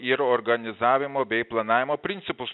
ir organizavimo bei planavimo principus